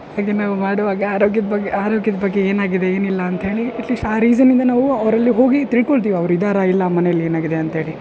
ಹಾಗೆ ನಾವು ಮಾಡುವಾಗ ಆರೋಗ್ಯದ ಬಗ್ಗೆ ಆರೋಗ್ಯದ ಬಗ್ಗೆ ಏನಾಗಿದೆ ಏನಿಲ್ಲ ಅಂಥೇಳಿ ಎಟ್ ಲೀಸ್ಟ್ ಆ ರೀಸನ್ನಿಂದ ನಾವು ಅವರಲ್ಲಿ ಹೋಗಿ ತಿಳ್ಕೊಳ್ತೀವಿ ಅವ್ರು ಇದಾರಾ ಇಲ್ಲ ಮನೆಲ್ಲಿ ಏನಾಗಿದೆ ಅಂಥೇಳಿ